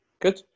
Good